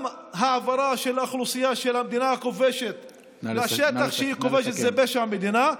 גם העברה של אוכלוסייה של המדינה הכובשת לשטח שהיא כובשת זה פשע מדינה,